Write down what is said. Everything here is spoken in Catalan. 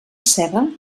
ceba